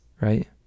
right